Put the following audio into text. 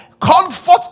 comfort